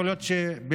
יכול להיות במרץ,